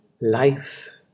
life